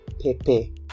pepe